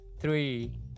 three